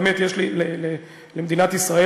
באמת יש למדינת ישראל,